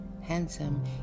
Handsome